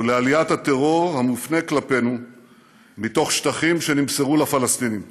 ולעליית הטרור המופנה כלפינו מתוך שטחים שנמסרו לפלסטינים.